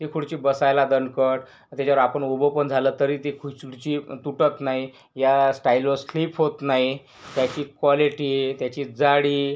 ही खुर्ची बसायला दणकट त्याच्यावर आपण उभं पण झालं तरी ती खुर्ची उडची तुटत नाही या स्टाईलवर स्लिप होत नाही त्याची क्वालिटी त्याची जाडी